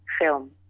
film